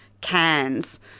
cans